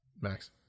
Max